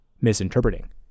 misinterpreting